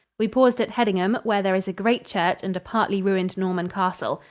we paused at heddingham, where there is a great church and a partly ruined norman castle.